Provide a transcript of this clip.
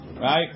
Right